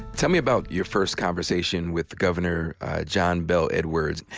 tell me about your first conversation with governor john bel edwards.